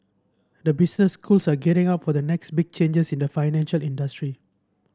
the business schools are gearing up for the next big changes in the financial industry